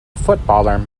footballer